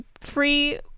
free